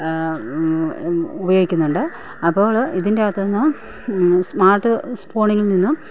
ഉപയോഗിക്കുന്നുണ്ട് അപ്പോൾ ഇതിൻ്റെ അകത്തൂന്ന് സ്മാർട്ട് ഫോണിങ്ങിൽ നിന്നും